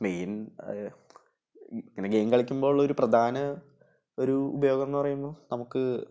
main ഇങ്ങനെ game കളിക്കുമ്പോൾ ഒരു പ്രധാന ഒരു ഉപയോഗം എന്ന് പറയുമ്പോൾ നമുക്ക്